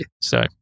So-